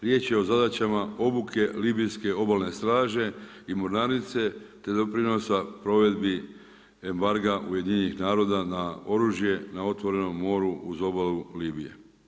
Riječ je o zadaćama obuke libijske obalne straže i mornarice te doprinosa provedbi embarga UN-a na oružje, na otvorenom moru uz obalu Libije.